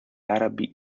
arabi